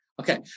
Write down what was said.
Okay